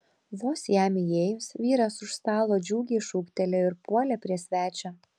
vos jam įėjus vyras už stalo džiugiai šūktelėjo ir puolė prie svečio